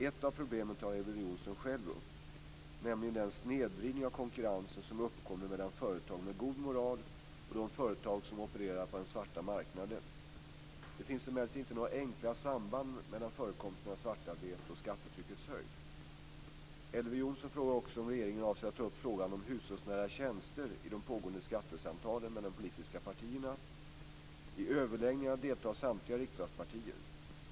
Ett av problemen tar Elver Jonsson själv upp, nämligen den snedvridning av konkurrensen som uppkommer mellan företag med god moral och de företag som opererar på den svarta marknaden. Det finns emellertid inte några enkla samband mellan förekomsten av svartarbete och skattetryckets höjd. Elver Jonsson frågar också om regeringen avser att ta upp frågan om hushållsnära tjänster i de pågående skattesamtalen mellan de politiska partierna. I överläggningarna deltar samtliga riksdagspartier.